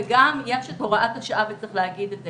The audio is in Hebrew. וגם, יש את הוראת השעה, וצריך להגיד את זה.